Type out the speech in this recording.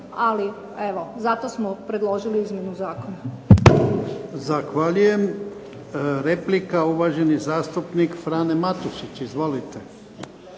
ali zato smo predložili izmjenu Zakona.